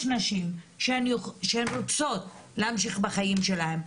יש נשים שהן רוצות להמשיך בחיים שלהן,